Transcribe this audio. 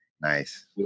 nice